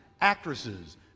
actresses